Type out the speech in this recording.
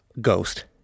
ghost